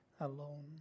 alone